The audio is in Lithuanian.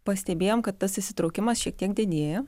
pastebėjom kad tas įsitraukimas šiek tiek didėjo